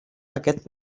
aquest